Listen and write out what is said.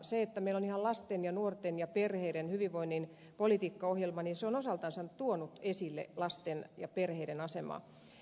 se että meillä on ihan lasten ja nuorten ja perheiden hyvinvoinnin politiikkaohjelma on osaltansa tuonut esille lasten ja perheiden asemaa